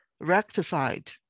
rectified